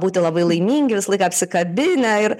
būti labai laimingi visą laiką apsikabinę ir